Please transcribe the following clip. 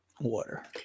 water